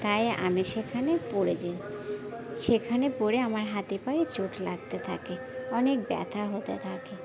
তাই আমি সেখানে পড়ে যাই সেখানে পড়ে আমার হাতে পায়ে চোট লাগতে থাকে অনেক ব্যথা হতে থাকে